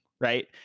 right